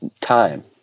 time